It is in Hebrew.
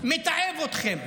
מתעב אתכם,